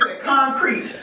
concrete